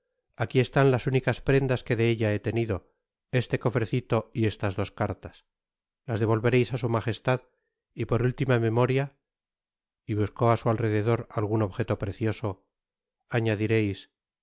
aqui están las únicas prendas que de ella he tenido este cofrecito y estas dos cartas las devolvereis á su majestad y por última memoria y buscó á su alrededor algun objeto precioso añadireis